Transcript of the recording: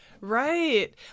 Right